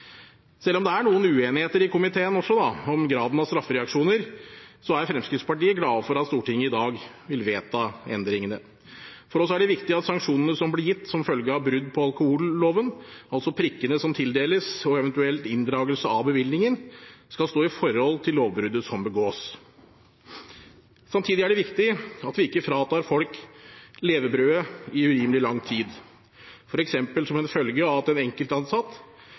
Selv om det er noen uenigheter i komiteen også, om graden av straffereaksjoner, er Fremskrittspartiet glad for at Stortinget i dag vil vedta endringene. For oss er det viktig at sanksjonene som blir gitt som følge av brudd på alkoholloven, altså prikkene som tildeles og eventuell inndragelse av bevillingen, skal stå i forhold til lovbruddet som begås. Samtidig er det viktig at vi ikke fratar folk levebrødet i urimelig lang tid, f.eks. som en følge av at en enkelt ansatt